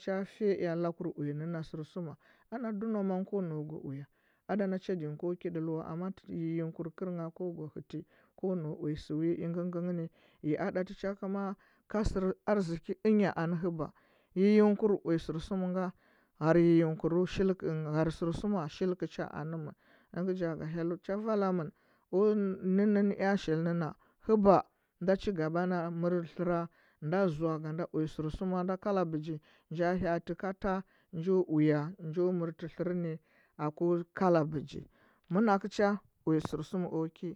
cha fiya ea lakur uya nɚnna sɚrsuma ana duma man ko nau go uya ada na cha ɗi ngɚ ko ki ɗal wa amma tɚ yiyingkur kɚr ngha ko nau ko go hɚti ko nau uya sɚ wi ingɚ nga ni ya aɗati ko sɚr arziki ɚnya anɚ hɚba yiningkar uya sɚrsuma nga hyrɚ yiyingkur hyre sɚrsuma shilkɚu cha anɚmɚn ɚngɚ ja ga hyellu cha vala mɚn o nɚnnɚ ea shilnɚ na hɚba nda chi gaba na mɚr tlɚri nda zoa ga nda uya sɚrsuma nda kala bɚgi nja ha’ati ka ta njo uya njo mɚrti tlɚr ni aku kala bɚgi manakɚu cha uya sɚrsuma o ki